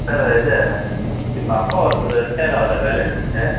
sir இது இப்போ அப்பா ஒருத்தர் ரிட்டையர் ஆகிறாரு வேலையிலேருந்து